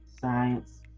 science